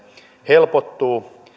helpottuu